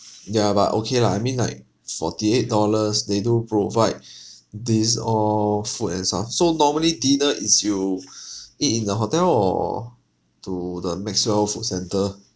ya but okay lah I mean like forty eight dollars they do provide these all food and stuff so normally dinner is you eat in the hotel or to the maxwell food centre